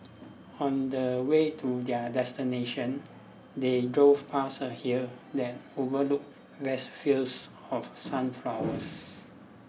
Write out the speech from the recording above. on the way to their destination they drove past a hill that overlook vast fields of sunflowers